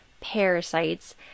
parasites